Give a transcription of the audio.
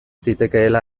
zitekeela